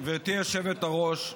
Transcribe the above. גברתי היושבת-ראש,